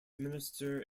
minister